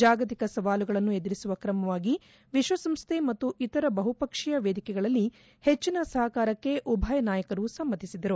ಜಾಗತಿಕ ಸವಾಲುಗಳನ್ನು ಎದುರಿಸುವ ಕ್ರಮವಾಗಿ ವಿಶ್ವಸಂಸ್ಥೆ ಮತ್ತು ಇತರ ಬಹುಪಕ್ಷೀಯ ವೇದಿಕೆಗಳಲ್ಲಿ ಹೆಚ್ಚನ ಸಹಕಾರಕ್ಕೆ ಉಭಯ ನಾಯಕರು ಸಮ್ನತಿಸಿದರು